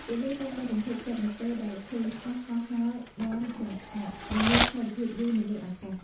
ពួកយើងតែងតែរំភើបចិត្តនៅពេលដែលឃើញថាសហោះហើរបានយ៉ាងស្អាត និងមានស្ថិរភាពយូរនៅលើអាកាស។